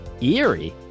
eerie